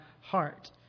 heart